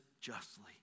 justly